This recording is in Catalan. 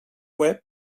web